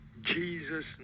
jesus